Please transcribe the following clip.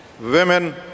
women